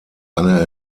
eine